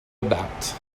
about